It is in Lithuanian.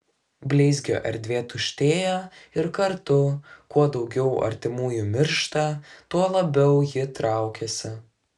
bleizgio erdvė tuštėja ir kartu kuo daugiau artimųjų miršta tuo labiau ji traukiasi